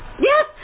Yes